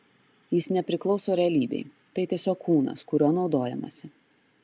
jis nepriklauso realybei tai tiesiog kūnas kuriuo naudojamasi